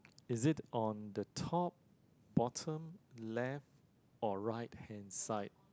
is it on the top bottom left or right hand side